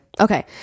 Okay